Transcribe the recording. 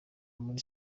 muri